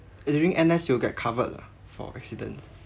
and during N_S you'll get covered lah for accidents